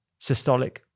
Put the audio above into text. systolic